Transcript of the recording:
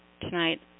tonight